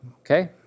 Okay